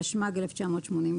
התשמ"ג-1983,